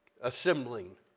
assembling